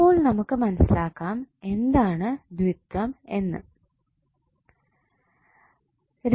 അപ്പോൾ നമുക്ക് മനസ്സിലാക്കാം എന്താണ് ദ്വിത്വം എന്നത്